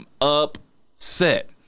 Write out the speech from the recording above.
upset